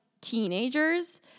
Teenagers